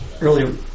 earlier